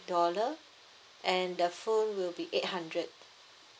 dollar and the phone will be eight hundred